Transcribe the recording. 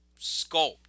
sculpt